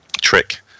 trick